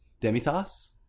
Demitas